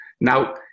Now